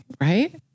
right